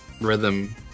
rhythm